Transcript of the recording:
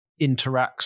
interacts